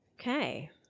Okay